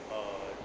uh